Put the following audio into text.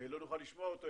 לא נוכל לשמוע אותו.